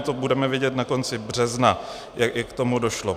To budeme vědět na konci března, jak k tomu došlo.